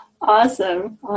Awesome